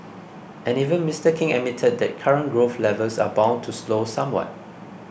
and even Mister King admitted that current growth levels are bound to slow somewhat